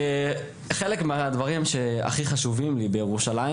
אחד מהדברים שחשובים לי ויש לנו בירושלים